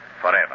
forever